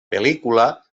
pel·lícula